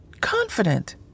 confident